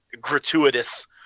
gratuitous